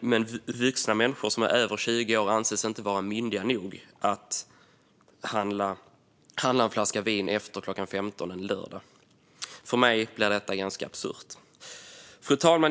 Men vuxna människor som är över 20 år anses inte vara myndiga nog att handla en flaska vin efter klockan 15 en lördag. För mig blir detta ganska absurt. Fru talman!